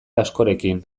askorekin